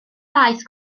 faes